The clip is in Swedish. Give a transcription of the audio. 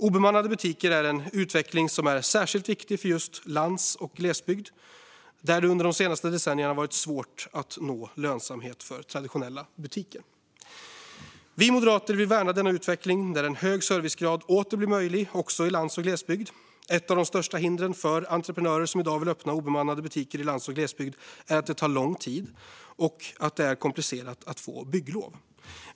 Obemannade butiker är en utveckling som är särskilt viktig för just lands och glesbygd, där det under de senaste decennierna har varit svårt att nå lönsamhet för traditionella butiker. Vi moderater vill värna denna utveckling där en hög servicegrad åter blir möjlig också i lands och glesbygd. Ett av de största hindren för entreprenörer som i dag vill öppna obemannade butiker i lands och glesbygd är att det tar lång tid och att det är komplicerat att få bygglov.